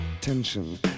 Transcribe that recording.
tension